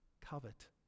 covet